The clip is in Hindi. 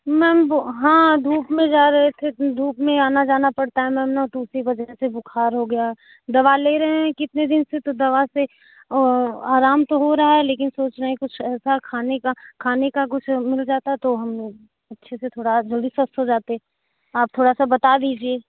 म्याम बो हाँ धूप में जा रहे थे धूप में आना जाना पड़ता है म्याम न तो उसी वजह से बुखार हो गया है दवा ले रहे है कितने दिन से तो दवा से आराम तो हो रहा है लेकिन सोच रहे है कुछ ऐसा खाने का खाने का कुछ मिल जाता तो हम अच्छे से थोड़ा जल्दी स्वस्थ हो जाते आप थोड़ा सा बता दीजिए